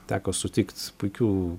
teko sutikt puikių